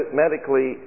medically